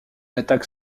attaque